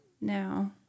now